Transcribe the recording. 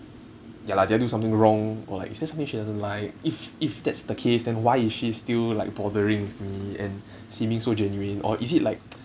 ya lah did I do something wrong or like is there's something she doesn't like if if that's the case then why is she still like bothering with me and seeming so genuine or is it like